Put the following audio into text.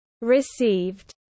received